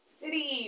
city